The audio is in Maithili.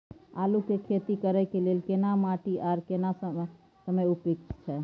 आलू के खेती करय के लेल केना माटी आर केना समय उपयुक्त छैय?